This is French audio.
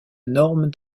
norme